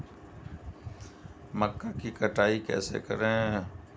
मक्का की कटाई कैसे करें?